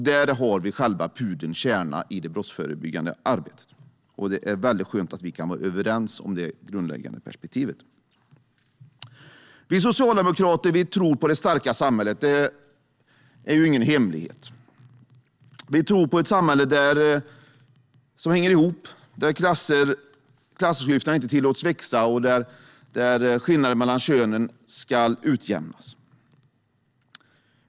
Där har vi pudelns kärna i det brottsförebyggande arbetet, och det är skönt att vi kan vara överens om detta grundläggande perspektiv. Att vi socialdemokrater tror på det starka samhället är ingen hemlighet. Vi tror på ett samhälle som hänger ihop, där klassklyftorna inte tillåts växa och där skillnaderna mellan könen ska utjämnas.